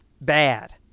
bad